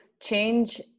change